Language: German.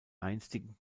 einstigen